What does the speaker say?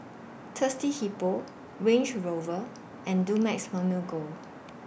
Thirsty Hippo Range Rover and Dumex Mamil Gold